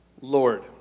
Lord